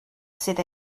sydd